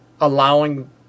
allowing